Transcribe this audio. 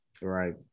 Right